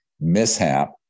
mishap